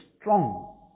strong